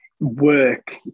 work